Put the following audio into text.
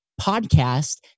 podcast